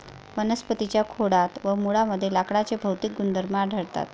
वनस्पतीं च्या खोडात व मुळांमध्ये लाकडाचे भौतिक गुणधर्म आढळतात